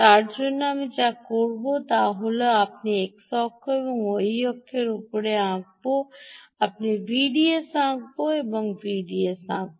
তার জন্য আমি যা করব তা হল আমি xঅক্ষ এবং y অক্ষের উপর আঁকব আমি Vds আঁকব আমি Vds আঁকব